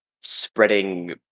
spreading